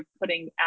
putting